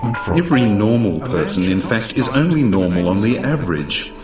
freud. every normal person in fact is only normal on the average.